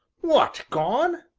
what gone!